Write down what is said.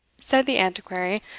said the antiquary,